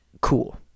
cool